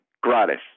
Gratis